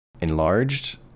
enlarged